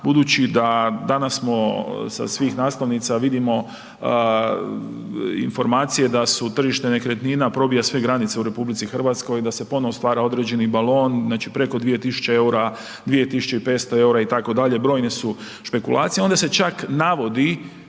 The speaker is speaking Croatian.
budući da danas smo sa svih naslovnica vidimo informacije da su tržište nekretnina probija sve granice u RH, da se ponovo stvara određeni balon znači preko 2.000 EUR-a, 2.500 EUR-a itd., brojne su špekulacije i onda se čak navodi,